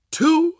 two